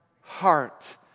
heart